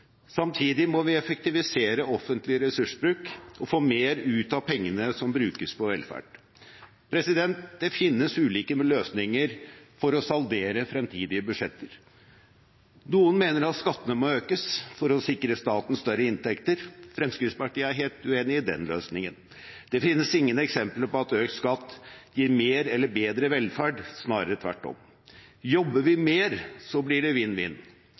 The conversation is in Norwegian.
Samtidig må vi effektivisere offentlig ressursbruk og få mer ut av pengene som brukes på velferd. Det finnes ulike løsninger for å saldere fremtidige budsjetter. Noen mener at skattene må økes for å sikre staten større inntekter. Fremskrittspartiet er helt uenig i den løsningen. Det finnes ingen eksempler på at økt skatt gir mer eller bedre velferd, snarere tvert om. Jobber vi mer, blir det